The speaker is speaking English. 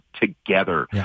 together